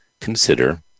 consider